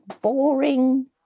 boring